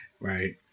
right